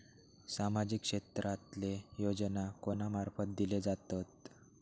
सामाजिक क्षेत्रांतले योजना कोणा मार्फत दिले जातत?